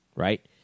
Right